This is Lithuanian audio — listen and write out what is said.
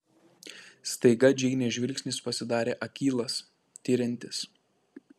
staiga džeinės žvilgsnis pasidarė akylas tiriantis